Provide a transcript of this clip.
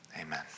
amen